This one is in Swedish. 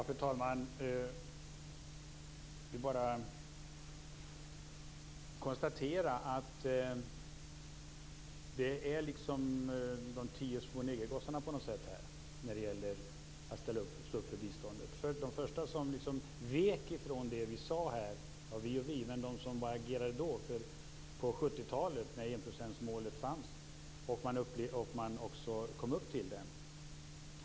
Fru talman! Jag kan bara konstatera att det på något sätt är som med de tio små negergossarna, när det gäller att stå upp för biståndet. De första vek ifrån det som sades av dem som agerade på 70-talet, när enprocentsmålet fanns och man också kom upp till det.